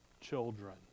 children